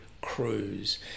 crews